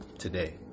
Today